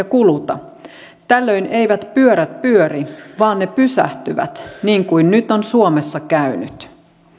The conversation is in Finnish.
kuluta tällöin eivät pyörät pyöri vaan pysähtyvät niin kuin nyt on suomessa käynyt